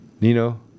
Nino